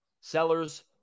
sellers